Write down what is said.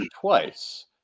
twice